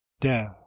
death